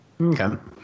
okay